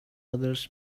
others